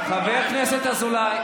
מה זה הדבר הזה?